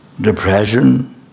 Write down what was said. Depression